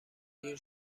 دیر